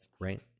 right